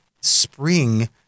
spring